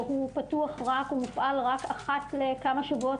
הוא פתוח רק אחת לכמה שבועות,